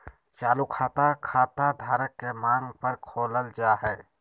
चालू खाता, खाता धारक के मांग पर खोलल जा हय